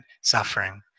suffering